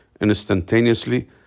instantaneously